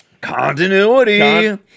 continuity